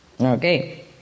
Okay